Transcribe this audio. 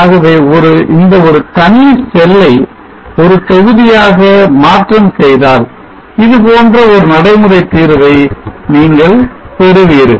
ஆகவே இந்த ஒரு தனி செல்லை ஒரு தொகுதியால் மாற்றம் செய்தால் இதுபோன்ற ஒரு நடைமுறை தீர்வை நீங்கள் பெறுவீர்கள்